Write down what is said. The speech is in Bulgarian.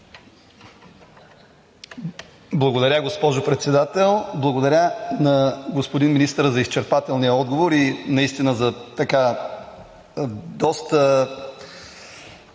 Благодаря, госпожо Председател. Благодаря на господин министъра за изчерпателния отговор и наистина за доста